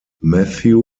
mathieu